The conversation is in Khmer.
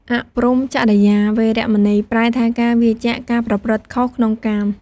អព្រហ្មចរិយា វេរមណី ប្រែថា ការវៀរចាកការប្រព្រឹត្តខុសក្នុងកាម ។